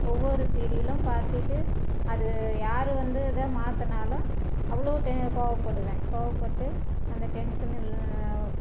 ஒவ்வொரு சீரியலும் பார்த்துட்டு அது யார் வந்து இதை மாற்றுனாலும் அவ்வளோ டெ கோவப்படுவேன் கோவப்பட்டு அந்த டென்ஷனில்